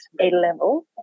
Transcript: A-level